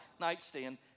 nightstand